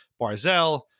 barzell